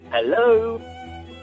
Hello